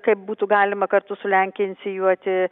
kaip būtų galima kartu su lenkija inicijuoti